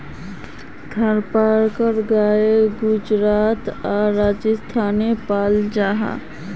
थारपारकर गाय गुजरात आर राजस्थानोत पाल जाहा